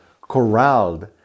corralled